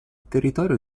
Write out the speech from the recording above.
territorio